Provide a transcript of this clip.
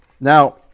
Now